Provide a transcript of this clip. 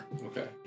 Okay